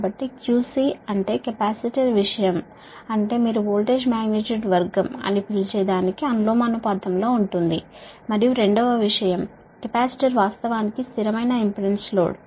కాబట్టి QC అంటే capacitor మీరు వోల్టేజ్ మాగ్నిట్యూడ్ వర్గం అని పిలిచే దానికి అనులోమానుపాతంలో ఉంటుంది మరియు రెండవ విషయం కెపాసిటర్ నిజానికి కాన్స్టాంట్ ఇంపెడెన్స్ లోడ్